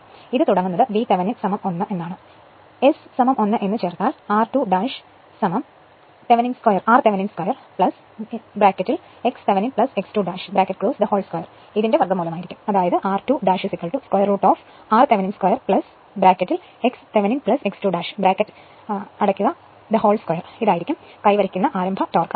അതു തുടങ്ങുന്നത് VThevenin 1 എന്നാണ് S 1 എന്നു ചേർത്താൽ r2 √r Thevenin 2 x Thevenin x 2 2 ആയിരിക്കും കൈവരിക്കുന്ന ആരംഭ ടോർക്